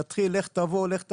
ולהתחיל לך תבוא, לך תבוא,